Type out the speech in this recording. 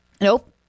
Nope